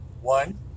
One